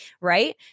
right